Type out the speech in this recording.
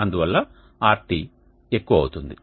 అందువల్ల Rt ఎక్కువ అవుతుంది